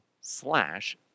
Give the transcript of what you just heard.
slash